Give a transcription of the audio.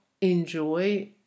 enjoy